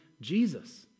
Jesus